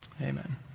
Amen